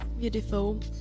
Beautiful